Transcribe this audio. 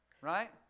Right